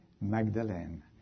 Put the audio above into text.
Magdalene